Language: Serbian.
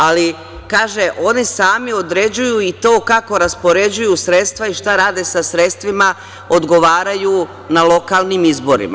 Ali, kaže - oni sami određuju i to kako raspoređuju sredstva i šta rade sa sredstvima odgovaraju na lokalnim izborima.